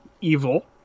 evil